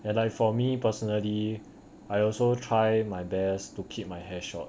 and I for me personally I also try my best to keep my hair short